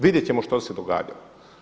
Vidjeti ćemo što se događalo.